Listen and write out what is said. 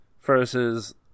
versus